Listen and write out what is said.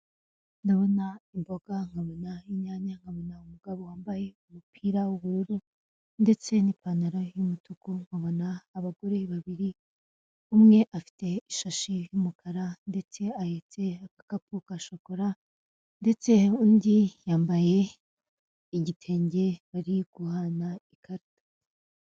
Ndabona imboga nkabona inyanya, nkabona umugabo wambaye umupira w'ubururu ndetse n'ipantaro y'umutuku nkabona abagore babiri umwe afite ishashi y'umukara ndetse ahetse agakapu ka shokora ndetse undi yambaye igitenge bari guhana ikarita .